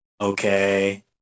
Okay